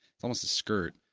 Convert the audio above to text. it's almost a skirt.